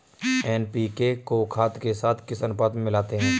NPK को खाद के साथ किस अनुपात में मिलाते हैं?